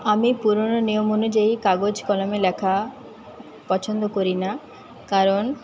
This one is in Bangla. আমি পুরোনো নিয়ম অনুযায়ী কাগজ কলমে লেখা পছন্দ করিনা কারণ